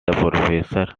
professor